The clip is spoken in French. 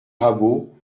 rabault